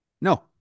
no